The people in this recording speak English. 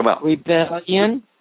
Rebellion